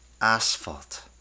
Asphalt